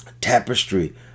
tapestry